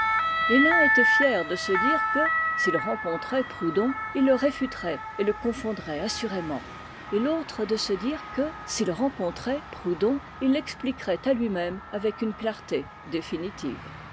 et l'un était fier de se dire que s'il rencontrait proudhon il le réfuterait et le confondrait assurément et l'autre de se dire que s'il rencontrait proudhon il l'expliquerait à lui-même avec une clarté définitive